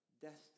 destiny